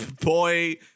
Boy